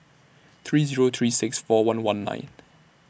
three Zero three six four one one nine